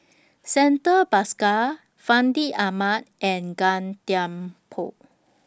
Santha Bhaskar Fandi Ahmad and Gan Thiam Poh